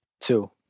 Two